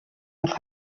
noch